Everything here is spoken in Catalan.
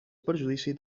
perjudici